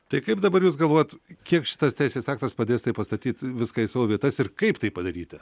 tai kaip dabar jūs galvojat kiek šitas teisės aktas padės tai pastatyt viską į savo vietas ir kaip tai padaryti